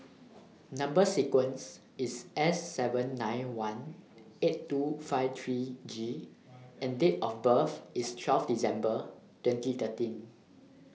Number sequence IS S seven nine one eight two five three G and Date of birth IS twelve December twenty thirteen